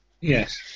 Yes